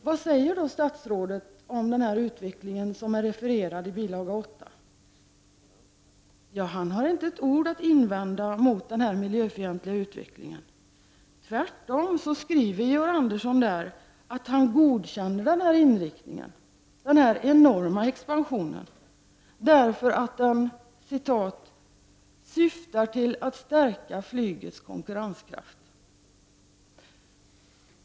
Vad säger statsrådet om den här utvecklingen i bil. 8? Han har inte ett ord att invända mot denna miljöfientliga utveckling. Tvärtom skriver Georg Andersson att han godkänner inriktningen, den här enorma expansionen, därför att den ”syftar till att stärka flygets konkurrenskraft”.